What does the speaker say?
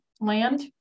land